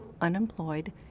unemployed